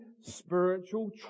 spiritual